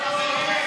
ואני מצטט: